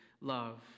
love